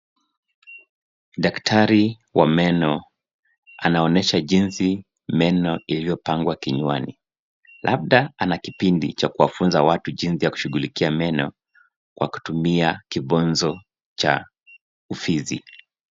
Daktari wa meno anaonyesha jinsi meno iliyopangwa kinywani, labda ana kipindi cha kuwafunza watu jinsi ya kushuguliki meno kwa kutumia kibonzo cha ufizi.